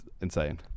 insane